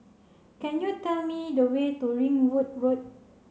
can you tell me the way to Ringwood Road